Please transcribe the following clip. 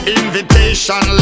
invitation